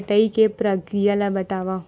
कटाई के प्रक्रिया ला बतावव?